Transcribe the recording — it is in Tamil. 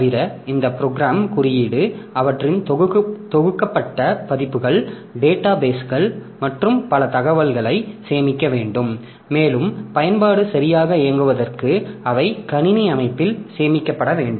தவிர இந்த ப்ரோக்ராம் குறியீடு அவற்றின் தொகுக்கப்பட்ட பதிப்புகள் டேட்டா பேஸ்கள் மற்றும் பல தகவல்களை சேமிக்க வேண்டும் மேலும் பயன்பாடு சரியாக இயங்குவதற்கு அவை கணினி அமைப்பில் சேமிக்கப்பட வேண்டும்